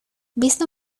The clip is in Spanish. visto